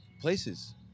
places